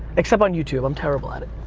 except on youtube, i'm terrible at it.